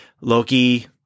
Loki